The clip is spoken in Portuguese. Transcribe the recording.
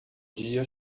dia